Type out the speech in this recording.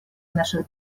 наших